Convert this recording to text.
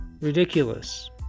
ridiculous